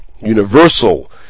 universal